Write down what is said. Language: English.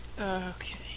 Okay